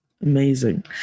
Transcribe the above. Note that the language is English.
amazing